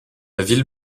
ville